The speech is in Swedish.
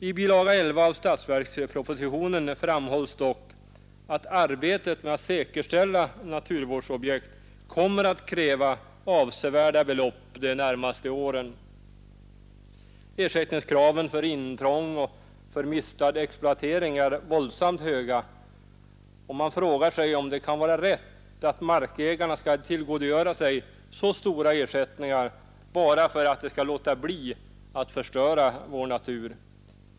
I bilaga 11 till statsverkspropositionen framhålls dock att arbetet med att säkerställa naturvårdsobjekt kommer att kräva avsevärda belopp de närmaste åren. Ersättningskraven för intrång och mistad exploatering är våldsamt höga, och man frågar sig om det kan vara rätt att markägarna skall tillgodogöra sig så stora ersättningar bara för att de skall låta bli att förstöra vår natur.